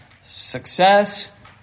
success